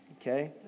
Okay